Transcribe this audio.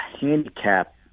handicap